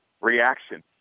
reaction